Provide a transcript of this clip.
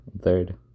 Third